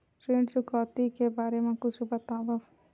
ऋण चुकौती के बारे मा कुछु बतावव?